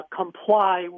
comply